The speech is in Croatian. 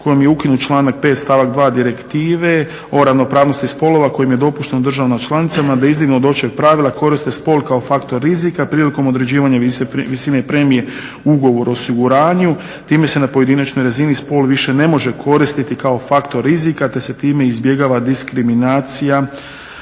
kojom je ukinut članak 5. stavak 2. Direktive o ravnopravnosti spolova kojim je dopušteno državama članica da izdignu od lošeg pravila koriste spol kao faktor rizika prilikom određivanja visine i premije ugovor o osiguranju. Time se na pojedinačnoj razini spol više ne može koristiti kao faktor rizika te se time izbjegava diskriminacija